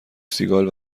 سیگال